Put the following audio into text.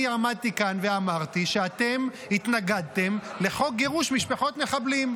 אני עמדתי כאן ואמרתי שאתם התנגדתם לחוק גירוש משפחות מחבלים,